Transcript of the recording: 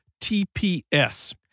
TPS